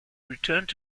returned